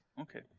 okay